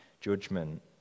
judgment